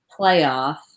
playoff